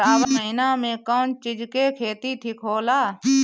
सावन के महिना मे कौन चिज के खेती ठिक होला?